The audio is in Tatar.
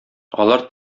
алар